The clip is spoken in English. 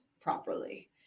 properly